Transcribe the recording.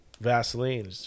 Vaseline